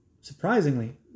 surprisingly